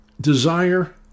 desire